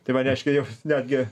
tai va reiškia jau netgi